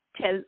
tell